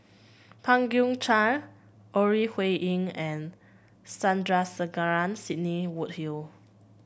Pang Guek Cheng Ore Huiying and Sandrasegaran Sidney Woodhull